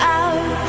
out